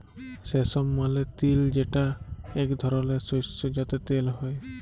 সেসম মালে তিল যেটা এক ধরলের শস্য যাতে তেল হ্যয়ে